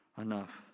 enough